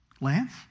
Lance